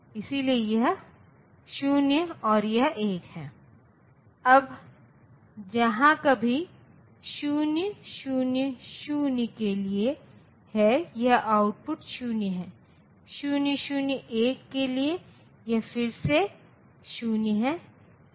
इसलिए यह बहुत अच्छा है क्योंकि हम किसी भी ऋणात्मक संख्या का प्रतिनिधित्व कर सकते हैं